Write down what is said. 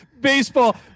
baseball